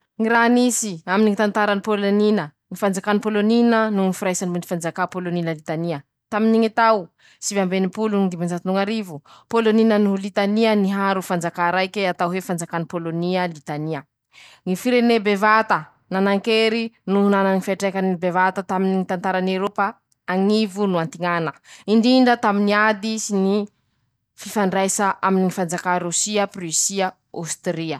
Ñy fomba famonoa ñy bolo: -Ñy fampiasa ñy fitaova famonoa bolo; -Manahaky anizay ñy tômôbiliniñy ñy pompié reñy. Ñy pompié natao hamono bolo, fa laha i ro bolo kelikele tsy ilan-teña pompié fa teña avao afaky manondraky rano azy soa ho maty i, afaky sindrahy fasy ko'ey, rezao iaby ñy fomba famonoa bolo.